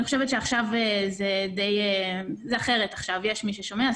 אני חושבת שעכשיו זה אחרת, יש מי ששומע.